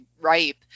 ripe